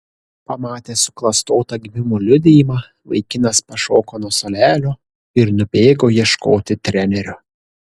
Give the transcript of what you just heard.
pamatęs suklastotą gimimo liudijimą vaikinas pašoko nuo suolelio ir nubėgo ieškoti trenerio